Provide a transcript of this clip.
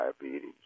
diabetes